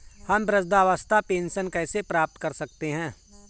हम वृद्धावस्था पेंशन कैसे प्राप्त कर सकते हैं?